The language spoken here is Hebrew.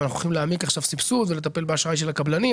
אבל אנחנו הולכים להעמיק עכשיו סבסוד ולטפל באשראי של הקבלנים.